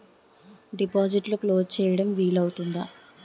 డిపాజిట్లు క్లోజ్ చేయడం వీలు అవుతుందా?